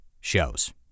shows